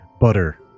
Butter